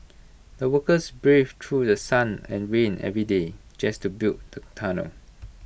the workers braved through The Sun and rain every day just to build tunnel